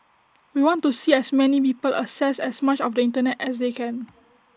we want to see as many people access as much of the Internet as they can